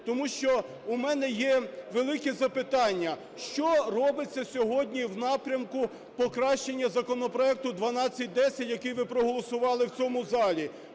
тому що у мене є великі запитання. Що робиться сьогодні в напрямку покращання законопроекту 1210, який ви проголосували в цьому залі?